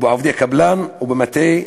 בעובדי קבלן ובמטה,